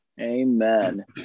Amen